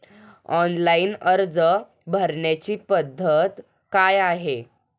Online अर्ज भरण्याची पद्धत काय आहे?